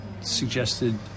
suggested